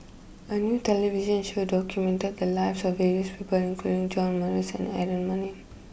a new television show documented the lives of various people including John Morrice and Aaron Maniam